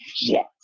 Yes